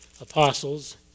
Apostles